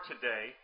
today